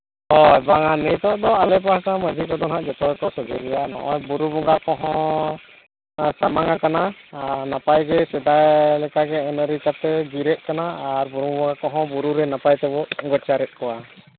ᱦᱳᱭ ᱵᱟᱝᱟ ᱱᱤᱛᱳᱜ ᱫᱚ ᱟᱞᱮ ᱯᱟᱦᱴᱟ ᱢᱟᱹᱡᱷᱤ ᱠᱚᱠᱚ ᱦᱟᱸᱜ ᱡᱚᱛᱚ ᱜᱮᱠᱚ ᱥᱚᱡᱷᱮ ᱜᱮᱭᱟ ᱱᱚᱜᱼᱚᱭ ᱵᱩᱨᱩ ᱵᱚᱸᱜᱟ ᱠᱚᱦᱚᱸ ᱥᱟᱢᱟᱝ ᱟᱠᱟᱱᱟ ᱟᱨ ᱱᱟᱯᱟᱭ ᱜᱮ ᱥᱮᱫᱟᱭ ᱞᱮᱠᱟᱜᱮ ᱟᱹᱱᱼᱟᱹᱨᱤ ᱠᱟᱛᱮᱫ ᱫᱷᱤᱨᱮᱜ ᱠᱟᱱᱟ ᱟᱨ ᱵᱩᱨᱩ ᱵᱚᱸᱜᱟ ᱠᱚᱦᱚᱸ ᱵᱩᱨᱩ ᱨᱮ ᱱᱟᱯᱟᱭ ᱛᱮᱵᱚ ᱞᱮᱠᱪᱟᱨᱮᱫ ᱠᱚᱣᱟ